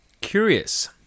curious